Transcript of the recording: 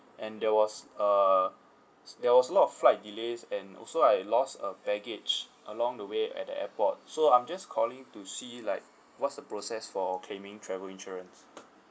and there was a there was a lot of flight delays and also I lost a baggage along the way at the airport so I'm just calling to see like what's the process for claiming travel insurance